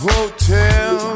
Hotel